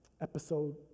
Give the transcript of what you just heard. Episode